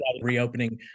reopening